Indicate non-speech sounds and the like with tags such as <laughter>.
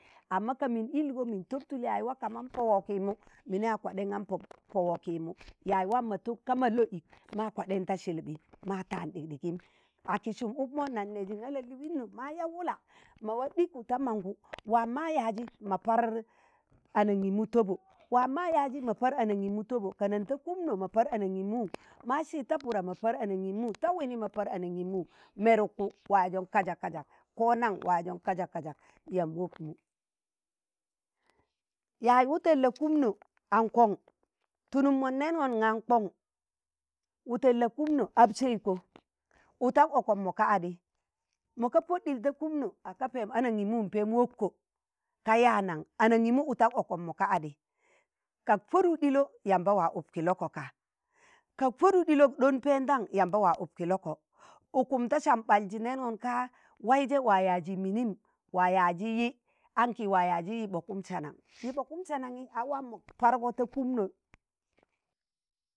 amma kamịn ịlgo mịn tọp tụl yaaj wa ka man pọ wọgkịmọ, mịnị wa kwaɗenga pọk- po wọgkmụị yaaj wam ma tọk kaa ma lọ ịk ma kwaɗẹnga sịlịpị, mạa tạan ɗịkɗịgịm. Akị sụm ụkmụ nan nẹẹjị nga la lịịno mo ya wụla ma wa ɗịkụ ta mangụ, wam ma wa yaajị ma par anangịmụ tọbo,̣ wam ma yaaji ma par anangimu tọbọ kanan ta kụmno ma par anangịmụ, ma si̱d ta pụda ma par anangịmụ, ta wịnị ma par anangịmụ, mẹrẹkụ wa yaajọn kajakkajak ko nang wa yaajon kajak kajak yamb wok mu yaaj wụtẹn la kumno an kọng tụlụn mọn nẹẹngeon aga, an kọng wụtẹn la kụmno ap sẹ ịkọ ụtak ọkọm mọnga adị, mọkka pod ɗịl ta kụmnọ, ka gaa pẹm anangịmụ ka yaa nang, anangịmụ ụtak akom mọ ka adị kak pọdụk ɗịlọ yamba wa up kiloko kạa kak poduk ɗilo kak ɗọon pendan yamba wa up kiloko ụkụm da sam ɓalji neengon kaa waije wa yaji minim wa yaaji yị anki wa yaji yiɓokun sannang yiɓokun saananyi a wa mok pargo ta kumnọ. <noise>